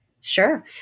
Sure